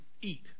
eat